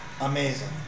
Amazing